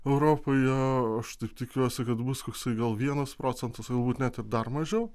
europoje aš taip tikiuosi kad bus koksai gal vienas procentas o galbūt net ir dar mažiau